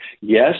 Yes